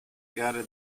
gare